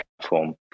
platform